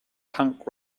punk